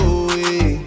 away